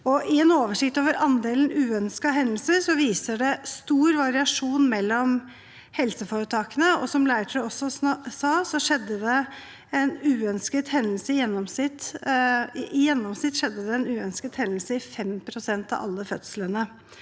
En oversikt over andelen uønskede hendelser viser stor variasjon mellom helseforetakene. Som Leirtrø også sa: I gjennomsnitt skjedde det en uønsket hendelse i 5 pst. av alle fødslene